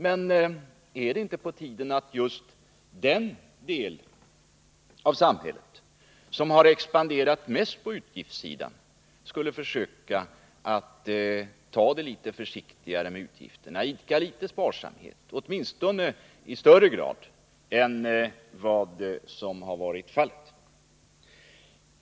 Men är det inte på tiden att just den del av samhället som har expanderat mest på utgiftssidan försökte vara litet försiktigare med utgifterna, dvs. idka litet sparsamhet — åtminstone i större grad än vad som har varit fallet?